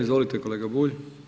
Izvolite kolega Bulj.